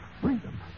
Freedom